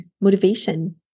motivation